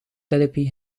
therapy